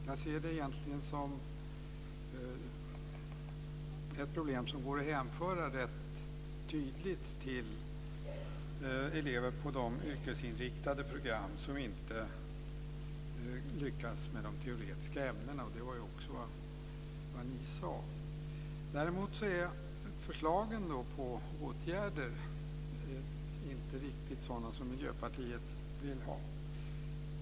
Jag ser det egentligen som ett problem som rätt tydligt går att hänföra till elever på de yrkesinriktade programmen som inte lyckas med de teoretiska ämnena. Det var också vad ni sade. Däremot är förslagen till åtgärder inte riktigt sådana som Miljöpartiet vill ha.